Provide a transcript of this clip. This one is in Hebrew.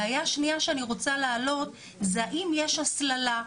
בעיה שנייה שאני רוצה להעלות זה האם יש הסללה?